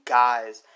guys